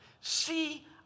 See